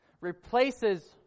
replaces